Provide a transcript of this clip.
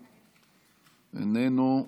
איננו,